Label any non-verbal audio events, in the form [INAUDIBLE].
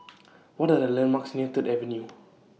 [NOISE] What Are The landmarks near Third Avenue